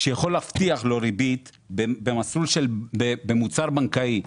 שבמוצר שהוא לא בנקאי,